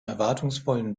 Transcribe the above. erwartungsvollen